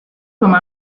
comme